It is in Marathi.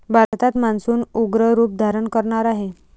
भारतात मान्सून उग्र रूप धारण करणार आहे